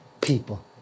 people